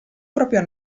proprio